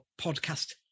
podcast